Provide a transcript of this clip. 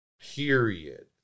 Period